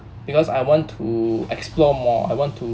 because I want to explore more I want to